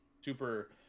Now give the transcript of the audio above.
super